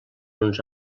uns